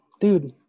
Dude